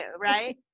right